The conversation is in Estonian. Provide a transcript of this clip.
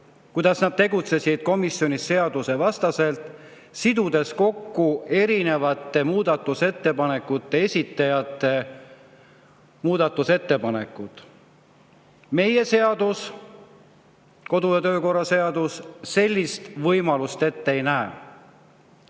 kuidas nad tegutsesid komisjonis seadusevastaselt, sidudes kokku erinevate esitajate muudatusettepanekud. Meie seadus, kodu- ja töökorra seadus, sellist võimalust ette ei näe.